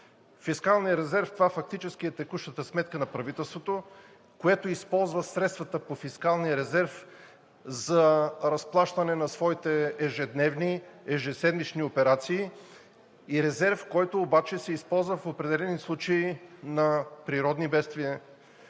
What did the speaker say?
Фискалният резерв фактически е текущата сметка на правителството, което използва средствата по фискалния резерв за разплащане на своите ежедневни, ежеседмични операции и резерв, който обаче се използва в определени случаи на природни бедствия,